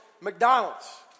McDonald's